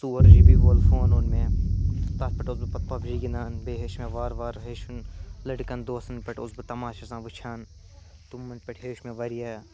ژور G B وول phone اون مےٚ تَتھ پٮ۪ٹھ اوسُس بہٕ پتہٕ پَب جی گِنٛدان بیٚیہِ ہیٚچھ مےٚ وار وارٕ ہیٚچھُن لڑکَن دۄسَن پٮ۪ٹھ اوسُس بہٕ تماشہٕ آسان وُچھان تِمَن پٮ۪ٹھ ہیٚچھ مےٚ واریاہ